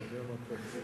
אני יודע מה תעשה?